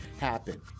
happen